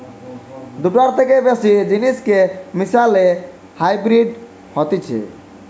দুটার থেকে বেশি জিনিসকে মিশালে হাইব্রিড হতিছে